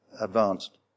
advanced